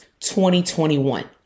2021